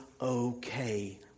okay